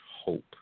hope